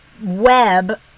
web